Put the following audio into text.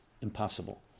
impossible